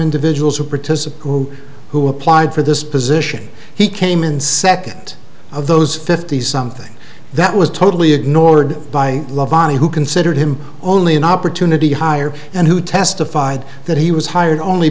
individuals who participate who who applied for this position he came in second of those fifty something that was totally ignored by law bonnie who considered him only an opportunity hire and who testified that he was hired only